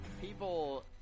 People